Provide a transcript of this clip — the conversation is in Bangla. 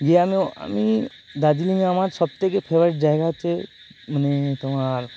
গিয়ে আমো আমি দার্জিলিঙে আমার সব থেকে ফেভারিট জায়গা হচ্ছে তোমার